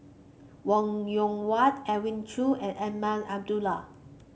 Wong Yoon Wah Edwin Koo and Azman Abdullah